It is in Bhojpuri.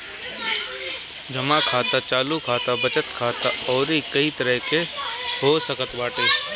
जमा खाता चालू खाता, बचत खाता अउरी कई तरही के हो सकत बाटे